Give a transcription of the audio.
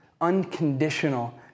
unconditional